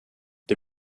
det